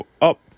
up